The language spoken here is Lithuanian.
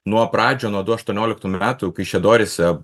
nuo pradžių nuo du aštuonioliktų metų kaišiadoryse